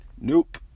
nope